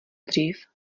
dřív